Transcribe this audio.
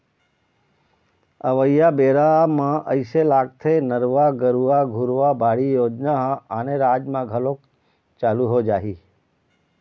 अवइया बेरा म अइसे लगथे नरूवा, गरूवा, घुरूवा, बाड़ी योजना ह आने राज म घलोक चालू हो जाही